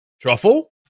Truffle